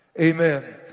Amen